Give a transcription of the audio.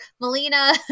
melina